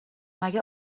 مگه